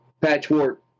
patchwork